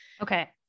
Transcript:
okay